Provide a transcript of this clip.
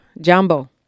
Jumbo